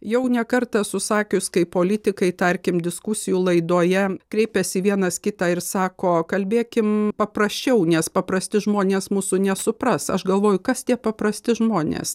jau ne kartą esu sakius kai politikai tarkim diskusijų laidoje kreipiasi vienas kitą ir sako kalbėkime paprasčiau nes paprasti žmonės mūsų nesupras aš galvoju kas tie paprasti žmonės